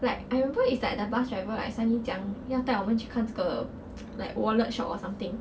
like I remember is like the bus driver like suddenly 讲要带我们去看这个 like wallet shop or something